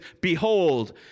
behold